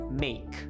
make